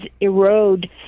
erode